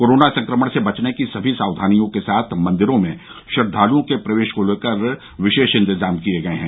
corona संक्रमण से बचने की सभी साक्षानियों के साथ मन्दिरों में श्रद्वालुओं के प्रवेश को लेकर विशेष इन्तजाम किये गये हैं